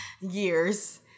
Years